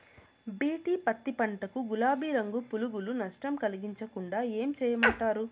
BT పత్తి పంట కు, గులాబీ రంగు పులుగులు నష్టం కలిగించకుండా ఏం చేయమంటారు?